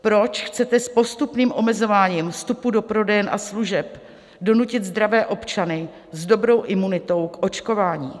Proč chcete s postupným omezováním vstupu do prodejen a služeb donutit zdravé občany s dobrou imunitou k očkování?